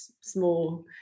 small